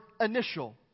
initial